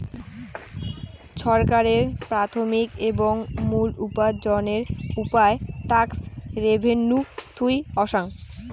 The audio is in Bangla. ছরকারের প্রাথমিক এবং মুল উপার্জনের উপায় ট্যাক্স রেভেন্যু থুই অসাং